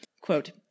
Quote